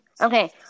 okay